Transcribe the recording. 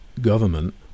government